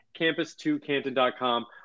campus2canton.com